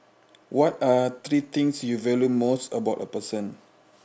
what are three things you value most about a person